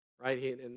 right